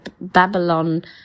Babylon